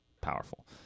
powerful